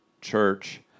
church